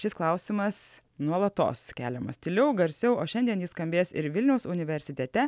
šis klausimas nuolatos keliamas tyliau garsiau o šiandien ji skambės ir vilniaus universitete